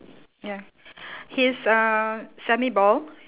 ya he's uh semi bald